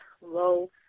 low